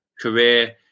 career